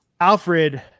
alfred